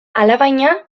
alabaina